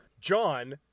John